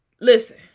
Listen